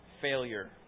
failure